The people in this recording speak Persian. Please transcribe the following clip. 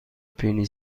پنی